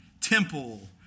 temple